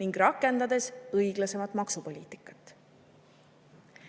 ning rakendades õiglasemat maksupoliitikat.